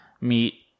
meet